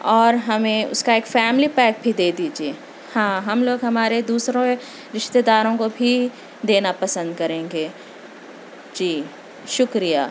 اور ہمیں اس کا ایک فیملی پیک بھی دے دیجئے ہاں ہم لوگ ہمارے دوسرے رشتہ داروں کو بھی دینا پسند کریں گے جی شکریہ